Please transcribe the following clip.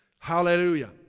Hallelujah